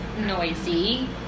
noisy